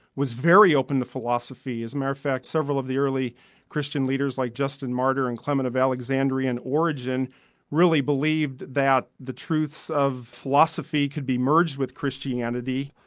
was very open to philosophy. as a matter of fact, several of the early christian leaders, like justin martyr and clement of alexandria in origin really believed that the truths of philosophy could be merged with christianity.